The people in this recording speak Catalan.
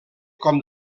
com